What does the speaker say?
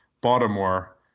Baltimore